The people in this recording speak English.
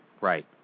Right